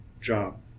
job